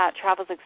travels